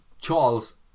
Charles